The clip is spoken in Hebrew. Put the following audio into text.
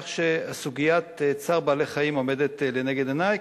כך שסוגיית צער בעלי-חיים עומדת לנגד עיני,